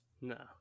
No